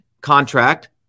contract